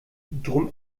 drum